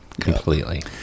Completely